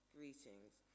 Greetings